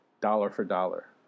dollar-for-dollar